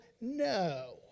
no